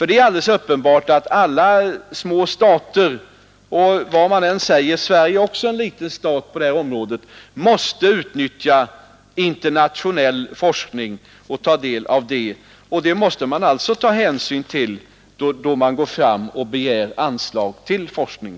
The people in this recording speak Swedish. Det är alldeles uppenbart att alla små stater — och vad man än säger är också Sverige en liten stat på det här området — måste utnyttja internationell forskning. Det måste man alltså ta hänsyn till då man begär anslag till forskning.